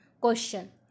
Question